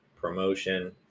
promotion